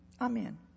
Amen